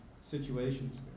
situations